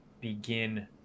begin